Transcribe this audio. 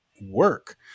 work